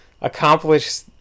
accomplish